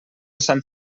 sant